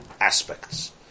aspects